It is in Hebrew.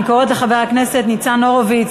אני קוראת לחבר הכנסת ניצן הורוביץ,